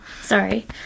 sorry